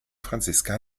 franziska